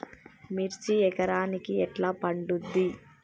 మిర్చి ఎకరానికి ఎట్లా పండుద్ధి?